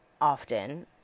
often